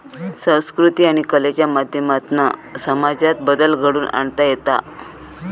संकृती आणि कलेच्या माध्यमातना समाजात बदल घडवुन आणता येता